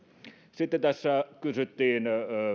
sitten tässä kysyttiin